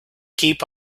keep